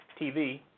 TV